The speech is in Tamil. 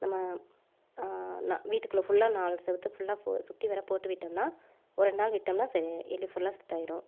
நம்ம நா வீட்டுக்குள்ளே ஃபுல்லாக நாலு செவத்துக்கு ஃபுல்லாக சுற்றி வர போட்டு விட்டோம்னால் ஒருநாள் விட்டோம்ன்னா சரியாயி எலி ஃபுல்லாக செத்தாயிடும்